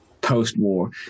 post-war